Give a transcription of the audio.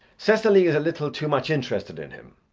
cecily is a little too much interested in him.